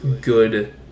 good